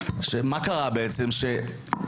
בו לא קיבלו